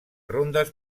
rondes